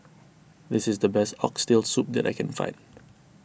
this is the best Oxtail Soup that I can find